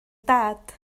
dad